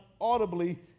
audibly